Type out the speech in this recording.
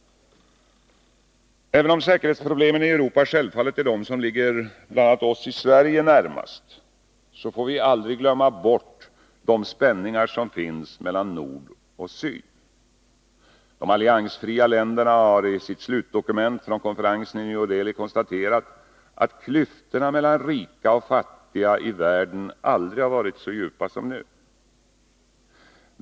Även om säkerhetsproblemen i Europa självfallet är de som ligger bl.a. oss i Sverige närmast, får vi aldrig glömma bort de spänningar som finns mellan nord och syd. De alliansfria länderna har i sitt slutdokument från konferensen i New Delhi konstaterat att klyftorna mellan rika och fattiga i världen aldrig har varit så djupa som nu.